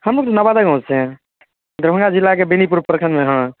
हम लोग नवादा गाँव से हैं दरभंगा ज़िले के बेनिपुर प्रखण्ड में हाँ